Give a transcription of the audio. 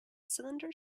cylinder